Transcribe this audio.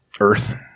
Earth